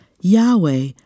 Yahweh